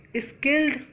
skilled